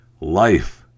life